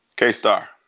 K-Star